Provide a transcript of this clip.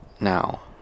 now